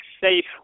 safe